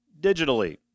digitally